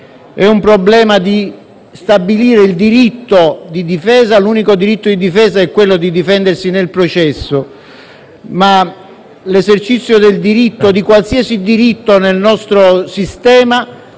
il problema è stabilire il diritto di difesa, l'unico diritto di difesa è quello di difendersi nel processo e l'esercizio di qualsiasi diritto nel nostro sistema